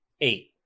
eight